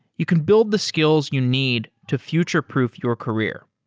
you can build the skills you need to future-proof your career.